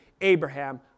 Abraham